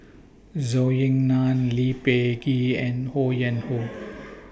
Zhou Ying NAN Lee Peh Gee and Ho Yuen Hoe